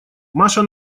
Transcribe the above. маша